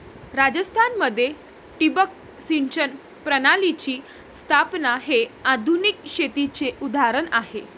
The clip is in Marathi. राजस्थान मध्ये ठिबक सिंचन प्रणालीची स्थापना हे आधुनिक शेतीचे उदाहरण आहे